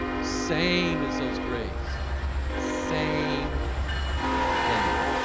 same as those grace same thing